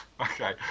Okay